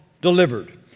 Delivered